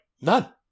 none